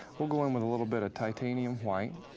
we'll go in with a little bit of titanium white